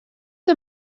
der